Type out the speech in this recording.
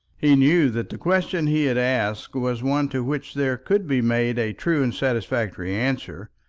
he knew that the question he had asked was one to which there could be made a true and satisfactory answer,